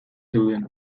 zeuden